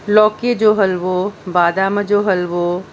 लौकीअ जो हलवो बादाम जो हलवो